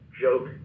joke